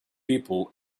people